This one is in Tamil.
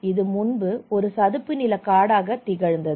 இது முன்பு ஒரு சதுப்புநிலக் காடாக திகழ்ந்தது